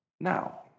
now